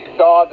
saw